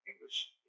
English